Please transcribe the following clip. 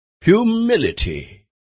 Humility